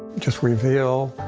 just reveal,